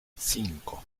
cinco